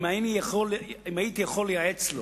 אם הייתי יכול לייעץ לו